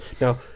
Now